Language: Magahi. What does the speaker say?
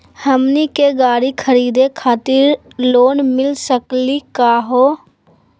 हमनी के गाड़ी खरीदै खातिर लोन मिली सकली का हो?